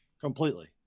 completely